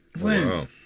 Wow